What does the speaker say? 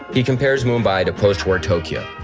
he compares mumbai to post war tokyo.